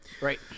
Right